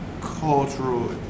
cultural